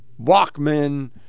Walkman